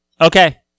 Okay